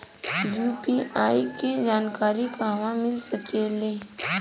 UPI के जानकारी कहवा मिल सकेले?